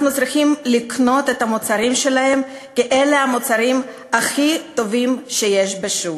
אנחנו צריכים לקנות את המוצרים שלהם כי אלה המוצרים הכי טובים שיש בשוק.